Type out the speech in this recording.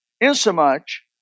insomuch